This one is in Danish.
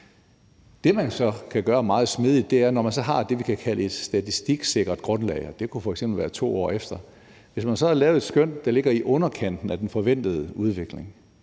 Man kan så gøre det meget smidigt, når man har det, vi kan kalde et statistiksikkert grundlag – det kunne f.eks. være 2 år efter. Hvis man har lavet et skøn, der ligger i underkanten af den forventede udvikling,